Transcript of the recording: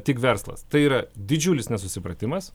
tik verslas tai yra didžiulis nesusipratimas